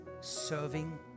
serving